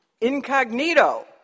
incognito